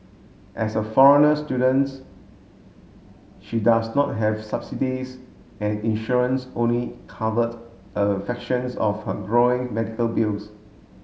as a foreigner students she does not have subsidies and insurance only covered a fractions of her growing medical bills